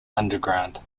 underground